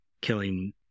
killing